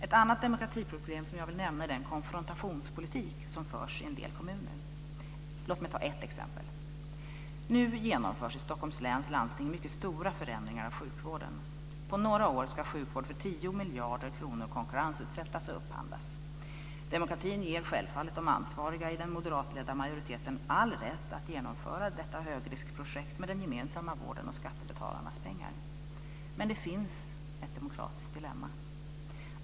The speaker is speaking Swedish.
Ett annat demokratiproblem som jag vill nämna är den konfrontationspolitik som förs i en del kommuner. Låt mig ta ett exempel. Nu genomförs i Stockholms läns landsting mycket stora förändringar av sjukvården. På några år ska sjukvård för 10 miljarder kronor konkurrensutsättas och upphandlas. Demokratin ger självfallet de ansvariga i den moderatledda majoriteten all rätt att genomföra detta högriskprojekt med den gemensamma vården och skattebetalarnas pengar. Men det finns ett demokratiskt dilemma.